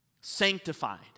sanctified